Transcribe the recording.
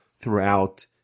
throughout